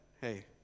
hey